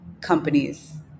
companies